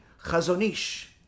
Chazonish